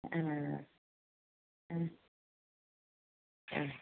ആ ആ ആ